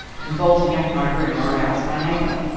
and bolting out of my room i roused my neighbor.